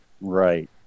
right